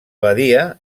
badia